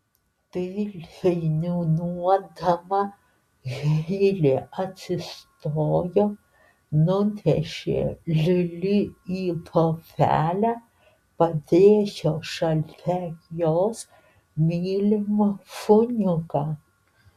tyliai niūniuodama heilė atsistojo nunešė lili į lovelę padėjo šalia jos mylimą šuniuką